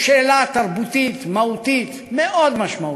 הוא שאלה תרבותית מהותית מאוד משמעותית.